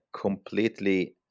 completely